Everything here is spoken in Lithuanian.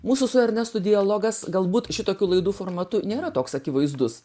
mūsų su ernestu dialogas galbūt šitokių laidų formatu nėra toks akivaizdus